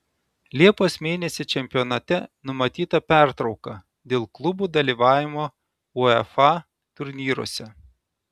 liepos mėnesį čempionate numatyta pertrauka dėl klubų dalyvavimo uefa turnyruose